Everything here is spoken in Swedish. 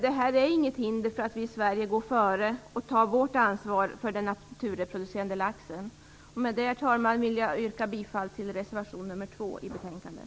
Det utgör inget hinder för oss i Sverige att gå före och ta vårt ansvar för den naturreproducerande laxen. Härmed vill jag, herr talman, yrka bifall för reservation 2 i betänkandet.